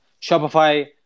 Shopify